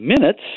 minutes